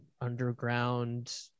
underground